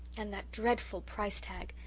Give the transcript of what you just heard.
and that dreadful price tag!